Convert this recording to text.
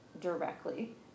directly